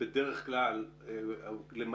בדרך כלל רוב המשרדים,